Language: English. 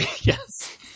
Yes